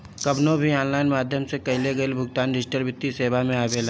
कवनो भी ऑनलाइन माध्यम से कईल गईल भुगतान डिजिटल वित्तीय सेवा में आवेला